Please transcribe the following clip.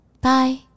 Bye